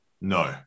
No